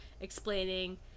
explaining